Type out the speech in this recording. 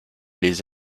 les